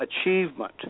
achievement